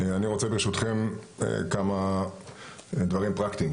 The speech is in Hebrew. אני רוצה ברשותכם כמה דברים פרקטיים,